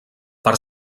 per